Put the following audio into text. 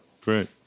Great